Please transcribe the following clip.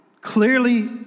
clearly